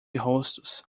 rostos